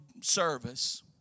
service